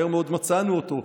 מהר מאוד מצאנו אותו.